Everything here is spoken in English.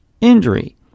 injury